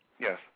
Yes